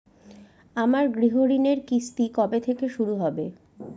আমার গৃহঋণের কিস্তি কবে থেকে শুরু হবে?